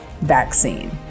vaccine